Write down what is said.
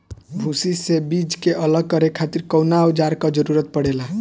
भूसी से बीज के अलग करे खातिर कउना औजार क जरूरत पड़ेला?